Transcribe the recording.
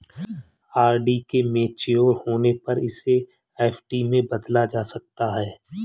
RD के mature होने पर इसे एफ.डी में बदला जा सकता है